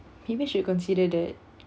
maybe should consider that